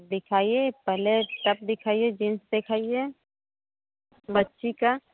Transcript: दिखाइये पहले सब दिखाइये जींस दिखाइये बच्ची का